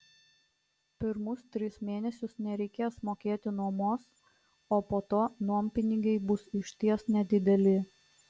pirmus tris mėnesius nereikės mokėti nuomos o po to nuompinigiai bus išties nedideli